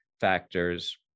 factors